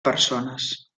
persones